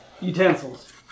utensils